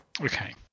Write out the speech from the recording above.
Okay